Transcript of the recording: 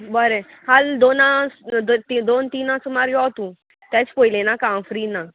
बरें हाल दोना ती दोन तीना सुमार यो तूं तेंच पयलें नाका हांव फ्री ना